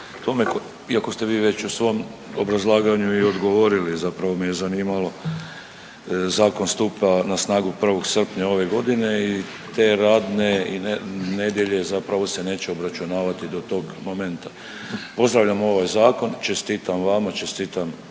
iako ste vi već u svom obrazlaganju i odgovorili. Zapravo me je zanimalo zakon stupa na snagu 1. srpnja ove godine i te radne nedjelje zapravo se neće obračunavati do tog momenta. Pozdravljam ovaj zakon, čestitam vama, čestitam